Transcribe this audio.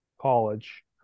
college